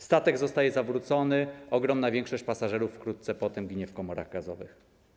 Statek zostaje zawrócony, ogromna większość pasażerów wkrótce potem ginie w komorach gazowych.